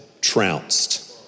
trounced